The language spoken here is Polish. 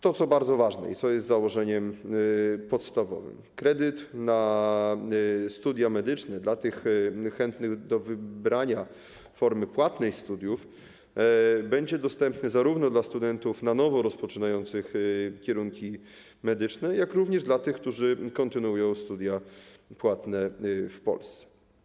To, co bardzo ważne i co jest podstawowym założeniem, to to, że kredyt na studia medyczne dla tych chętnych do wybrania formy płatnej studiów będzie dostępny zarówno dla studentów na nowo rozpoczynających kierunki medyczne, jak również dla tych, którzy kontynuują studia płatne w Polsce.